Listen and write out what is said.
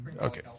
okay